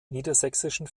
niedersächsischen